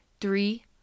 three